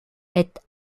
est